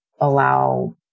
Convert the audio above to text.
allow